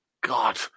God